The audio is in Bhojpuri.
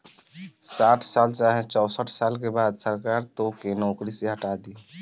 साठ साल चाहे चौसठ साल के बाद सरकार तोके नौकरी से हटा दी